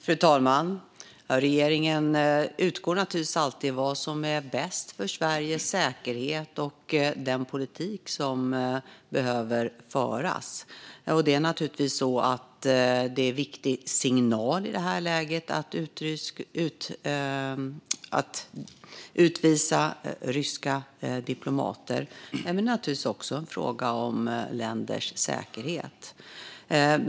Fru talman! Regeringen utgår naturligtvis alltid från vad som är bäst för Sveriges säkerhet och den politik som behöver föras. Det är naturligtvis en viktig signal i det här läget att utvisa ryska diplomater och naturligtvis också en fråga om länders säkerhet.